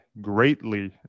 greatly